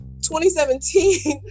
2017